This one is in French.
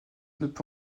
peut